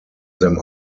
them